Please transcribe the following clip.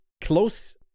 close